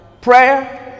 Prayer